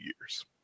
years